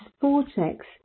vortex